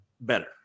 better